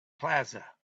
plaza